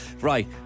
right